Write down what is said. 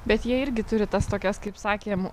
bet jie irgi turi tas tokias kaip sakėm